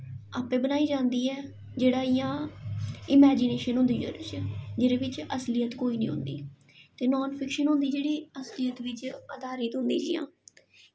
आपें बनाई जंदा ऐ जेह्ड़ा इ'यां इमैजिनेशन होंदी ऐ ओह्दे बिच्च जेह्दे बिच्च असलियत कोई निं होंदी ते नॉन फिक्शन होंदी जेह्ड़ी असलियत बिच्च अधारित होंदी जियां